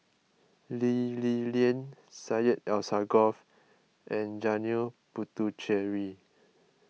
Lee Li Lian Syed Alsagoff and Janil Puthucheary